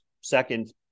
second